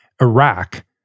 Iraq